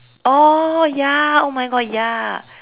oh ya oh my God ya